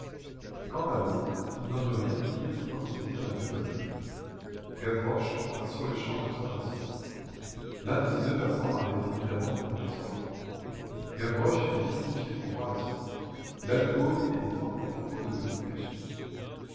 quant à l'autre il n'en eût rien pu dire sinon que c'était un vieux bonhomme gavroche entra sur-le-champ en observation l'un de ces deux passants avait évidemment des projets sur l'autre gavroche était bien situé pour voir la suite l'alcôve était fort à propos devenue cachette